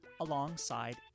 alongside